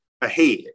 ahead